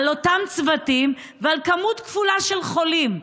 על אותם צוותים ועל מספר כפול של חולים.